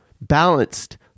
balanced